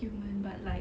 human but like